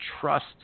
trust